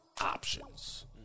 options